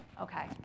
Okay